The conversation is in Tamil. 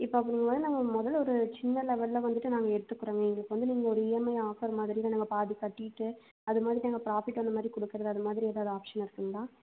இப்போ அப்படிங்கும்போது நாங்கள் முதல்ல ஒரு சின்ன லெவலில் வந்துட்டு நாங்கள் எடுத்துக்கிறோங்க எங்களுக்கு வந்து நீங்கள் வந்து இஎம்ஐ ஆஃபர் மாதிரி நாங்கள் பாதி கட்டிவிட்டு அது மாதிரி நாங்கள் ப்ராஃபிட் அந்த மாதிரி கொடுக்கிறது அது மாதிரி ஏதாவது ஆப்ஷன் இருக்குங்களா